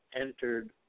entered